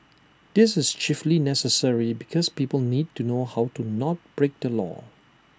this is chiefly necessary because people need to know how to not break the law